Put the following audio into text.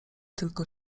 tylko